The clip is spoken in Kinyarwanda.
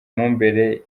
mumbere